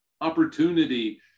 opportunity